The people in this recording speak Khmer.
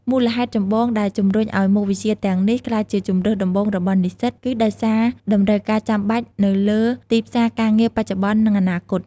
មូលហេតុចម្បងដែលជំរុញឱ្យមុខវិជ្ជាទាំងនេះក្លាយជាជម្រើសដំបូងរបស់និស្សិត គឺដោយសារតម្រូវការចាំបាច់នៅលើទីផ្សារការងារបច្ចុប្បន្ន និងអនាគត។